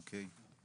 אוקיי.